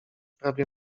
prawie